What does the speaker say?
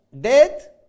death